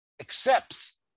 accepts